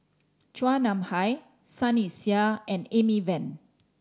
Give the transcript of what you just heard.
Chua Nam Hai Sunny Sia and Amy Van